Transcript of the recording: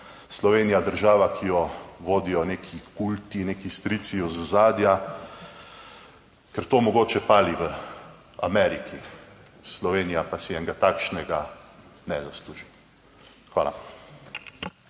Slovenija država, ki jo vodijo neki kulti, neki strici iz ozadja, ker to mogoče pali v Ameriki. Slovenija pa si enega takšnega ne zasluži. Hvala.